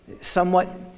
somewhat